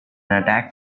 attack